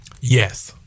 Yes